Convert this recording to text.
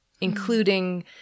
including